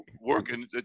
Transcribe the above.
working